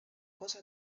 cosa